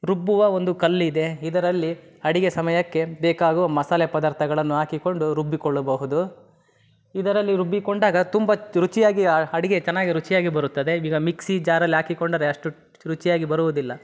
ರುಬ್ಬುವ ಒಂದು ಕಲ್ಲಿದೆ ಇದರಲ್ಲಿ ಅಡಿಗೆ ಸಮಯಕ್ಕೆ ಬೇಕಾಗುವ ಮಸಾಲೆ ಪದಾರ್ಥಗಳನ್ನು ಹಾಕಿಕೊಂಡು ರುಬ್ಬಿಕೊಳ್ಳಬಹುದು ಇದರಲ್ಲಿ ರುಬ್ಬಿಕೊಂಡಾಗ ತುಂಬ ರುಚಿಯಾಗಿ ಅಡುಗೆ ಚೆನ್ನಾಗಿ ರುಚಿಯಾಗಿ ಬರುತ್ತದೆ ಈಗ ಮಿಕ್ಸಿ ಜಾರಲ್ಲಿ ಹಾಕಿಕೊಂಡರೆ ಅಷ್ಟು ರುಚಿಯಾಗಿ ಬರುವುದಿಲ್ಲ